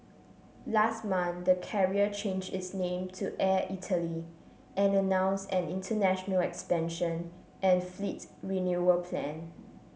last month the carrier change its name to Air Italy and announce an international expansion and fleet renewal plan